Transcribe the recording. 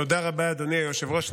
תודה רבה, אדוני היושב-ראש.